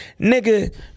nigga